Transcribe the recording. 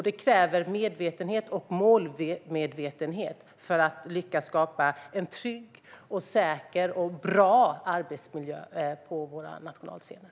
Det kräver medvetenhet och målmedvetenhet för att lyckas skapa en trygg, säker och bra arbetsmiljö på våra nationalscener.